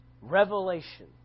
Revelation